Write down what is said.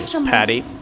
Patty